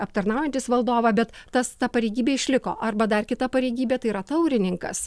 aptarnaujantys valdovą bet tas ta pareigybė išliko arba dar kita pareigybė tai yra taurininkas